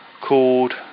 called